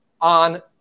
on